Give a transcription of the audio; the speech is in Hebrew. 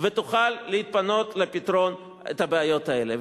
ותוכל להתפנות לפתרון הבעיות האלה.